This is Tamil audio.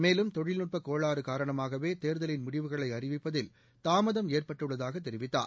மேலும் தொழில்நுட்ப கோளாறு காரணமாகவே தேர்தலின் முடிவுகளை அறிவிப்பதில் தாமதம் ஏற்பட்டுள்ளதாக தெரிவித்தார்